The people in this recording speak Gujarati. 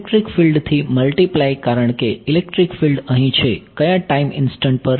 ઇલેક્ટ્રિક ફિલ્ડ થી મલ્ટિપ્લાય કારણકે ઇલેક્ટ્રિક ફિલ્ડ અહી છે કયા ટાઈમ ઇન્સ્ટંટ પર